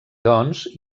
doncs